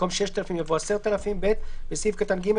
ובמקום "6,000" יבוא "10,000"; (ב) בסעיף קטן (ג),